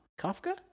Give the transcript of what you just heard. Kafka